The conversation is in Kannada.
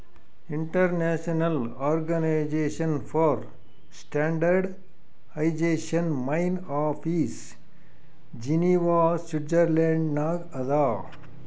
international organization for standardization main office Geneva Switzerland ನಾಗ್ ಅದಾ